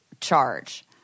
charge